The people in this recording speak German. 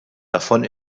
davon